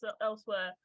elsewhere